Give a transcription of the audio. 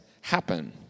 happen